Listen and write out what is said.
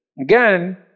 Again